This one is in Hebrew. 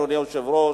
אדוני היושב-ראש,